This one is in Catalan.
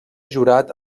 jurat